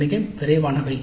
அவை மிக விரைவானவை